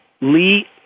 Lee